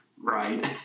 right